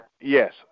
Yes